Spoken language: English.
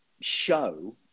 show